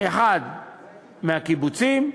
אחד מהקיבוצים,